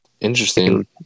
Interesting